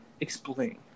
explain